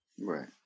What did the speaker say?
Right